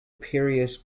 piraeus